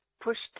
pushed